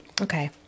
Okay